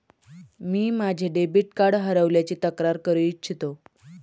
मी माझे debit card हरवल्याची तक्रार करू इच्छितो